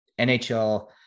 NHL